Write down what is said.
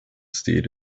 steed